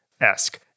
esque